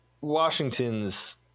Washington's